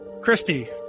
Christy